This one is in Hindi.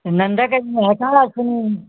नंदा के मोह